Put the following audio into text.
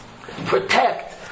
Protect